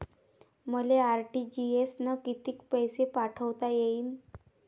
मले आर.टी.जी.एस न कितीक पैसे पाठवता येईन?